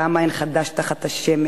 כמה אין חדש תחת השמש,